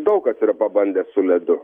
daug kas yra pabandęs su ledu